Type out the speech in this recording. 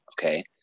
okay